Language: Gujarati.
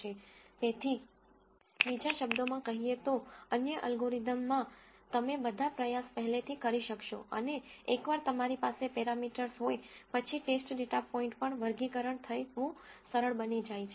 તેથી બીજા શબ્દોમાં કહીએ તો અન્ય અલ્ગોરિધમમાં તમે બધા પ્રયાસ પહલેથી કરી શકશો અને એકવાર તમારી પાસે પેરામીટર્સ હોય પછી ટેસ્ટ ડેટા પોઇન્ટ પર વર્ગીકરણ થવું સરળ બની જાય છે